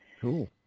Cool